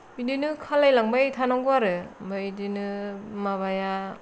बिदिनो खालायलांबाय थानांगौ आरो ओमफाय बिदिनो माबाया